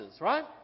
right